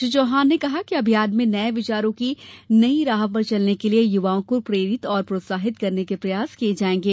श्री चौहान ने कहा कि अभियान में नये विचारों की नई राह पर चलने के लिये युवाओं को प्रेरित और प्रोत्साहित करने के प्रयास किये जायेंगे